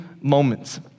moments